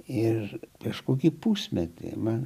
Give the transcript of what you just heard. ir prieš kokį pusmetį man